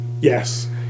Yes